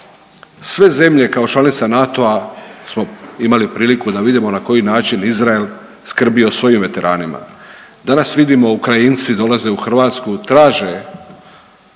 Sve zemlje, kao članica NATO-a smo imali priliku da vidimo na koji način Izrael skrbi o svojim veteranima. Danas vidimo Ukrajinci dolaze u Hrvatsku traže